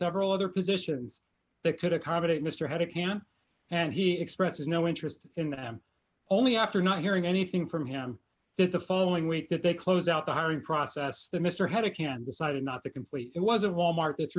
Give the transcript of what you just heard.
several other positions that could accommodate mr had a camera and he expresses no interest in them only after not hearing anything from him that the following week that they close out the hiring process that mr hedda can decided not to complete it wasn't wal mart that